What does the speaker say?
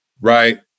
right